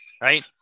right